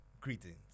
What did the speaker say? greetings